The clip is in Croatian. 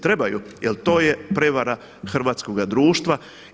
Trebaju jer to je prevara hrvatskoga društva.